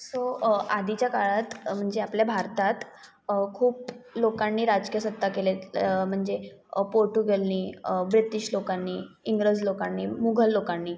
so आधीच्या काळात म्हणजे आपल्या भारतात खूप लोकांनी राजकीय सत्ता केलेल म्हणजे पोर्टूगेलनी ब्रिटिश लोकांनी इंग्रज लोकांनी मुघल लोकांनी